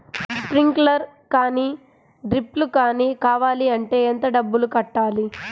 Sprinkler కానీ డ్రిప్లు కాని కావాలి అంటే ఎంత డబ్బులు కట్టాలి?